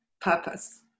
purpose